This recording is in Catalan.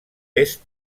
est